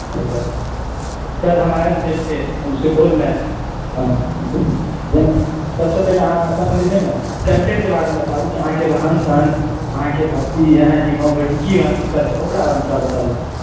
sir हम आबि गेल छी सर हम सुपौलमे सबसँ पहिले अहाँ अपन जे छै ने कल्चर के बारेमे बताबु कि अहाँकेँ रहन सहन अहाँकेँ भक्ति अहाँकेँ गांँव घरके की छै कल्चर ओकरा बारेमे कनि बताबु तऽ